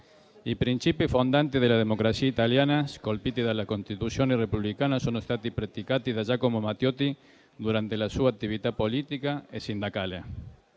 I principi fondanti della democrazia italiana, scolpiti nella Costituzione repubblicana, sono stati praticati da Giacomo Matteotti durante la sua attività politica e sindacale.